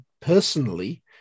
personally